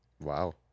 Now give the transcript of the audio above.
Wow